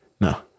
No